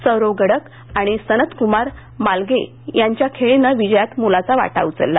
सौरभ गढक आणि सनतकुमार मालगे यांच्या खेळीनं विजयात मोलाचा वाटा उचलला